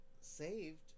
saved